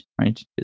right